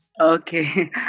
Okay